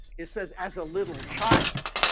it says as a little child